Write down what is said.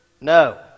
No